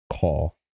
call